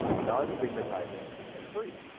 non-stigmatizing, and free.